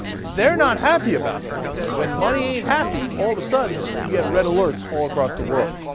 they're not happy about that. when money ain't happy, all of a sudden, you get red alerts all across the world.